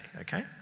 okay